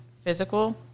physical